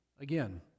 again